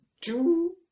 two